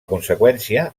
conseqüència